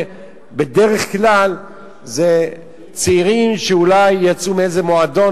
בדרך כלל זה צעירים שאולי יצאו מאיזה מועדון,